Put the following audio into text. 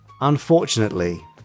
unfortunately